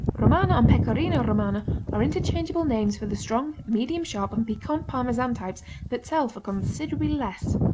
romano and pecorino romano are interchangeable names for the strong, medium-sharp and piquant parmesan types that sell for considerably less.